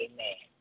Amen